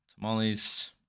tamales